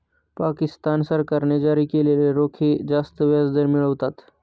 पाकिस्तान सरकारने जारी केलेले रोखे जास्त व्याजदर मिळवतात